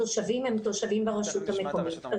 התושבים הם תושבים ברשות המקומית.